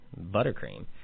buttercream